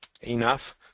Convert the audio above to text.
Enough